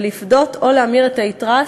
ולפדות או להמיר את היתרה,